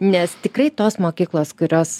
nes tikrai tos mokyklos kurios